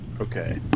okay